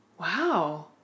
Wow